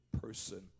person